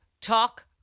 talk